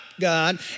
God